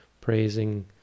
praising